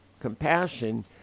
compassion